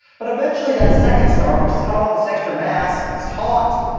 but eventually that second star which has got all this extra mass gets hot,